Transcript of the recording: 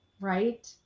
right